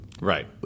Right